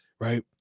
right